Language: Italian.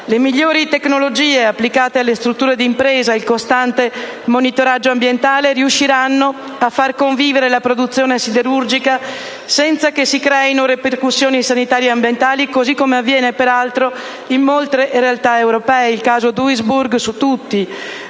Le migliori tecnologie applicate alle strutture d'impresa e il costante monitoraggio ambientale riusciranno a far convivere la produzione siderurgica senza che si creino ripercussioni sanitarie e ambientali, così come avviene peraltro in molte realtà europee (il caso Duisburg su tutti),